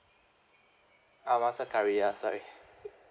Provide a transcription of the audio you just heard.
ah monster curry ya sorry